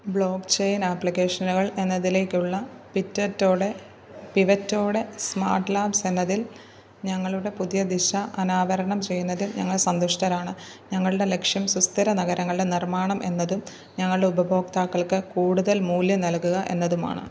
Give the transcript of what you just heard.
block chain ആപ്ലിക്കേഷനുകൾ എന്നതിലേക്കുള്ള പിറ്ററ്റോയുടെ പിവറ്റോയുടെ സ്മാട്ട് ലാബ്സ് എന്നതിൽ ഞങ്ങളുടെ പുതിയ ദിശ അനാവരണം ചെയ്യുന്നതിൽ ഞങ്ങൾ സന്തുഷ്ടരാണ് ഞങ്ങളുടെ ലക്ഷ്യം സുസ്ഥിര നഗരങ്ങളുടെ നിർമ്മാണം എന്നതും ഞങ്ങളുടെ ഉപഭോക്താക്കൾക്ക് കൂടുതൽ മൂല്യം നൽകുക എന്നതുമാണ്